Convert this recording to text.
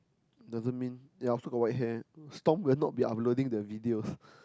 doesn't mean yeah I also got white hair Storm will not be uploading the video